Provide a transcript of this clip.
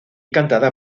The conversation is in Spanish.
cantada